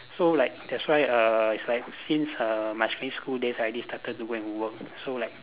so like that's why err it's like since err my secondary school days I already started to go and work so like